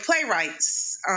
playwrights